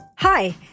Hi